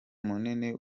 munini